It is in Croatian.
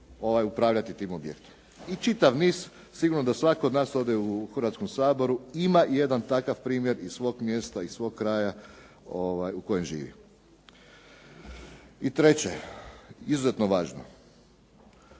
upravljati tim objektom. I čitav niz, sigurno da svatko od nas ovdje u Hrvatskom saboru ima jedan takav primjer iz svog mjesta, iz svog kraja u kojem živi. I treće izuzetno važno.